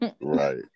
Right